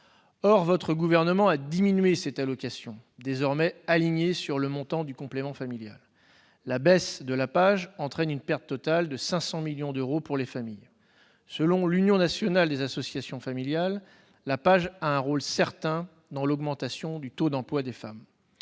Or votre gouvernement a diminué cette allocation, désormais alignée sur le montant du complément familial. La baisse de la PAJE entraîne une perte totale de 500 millions d'euros pour les familles. Selon l'Union nationale des associations familiales, la PAJE a un rôle certain dans l'augmentation du taux d'emploi des femmes.